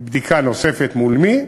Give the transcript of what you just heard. בדיקה נוספת, מול מי,